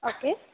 okay